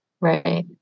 Right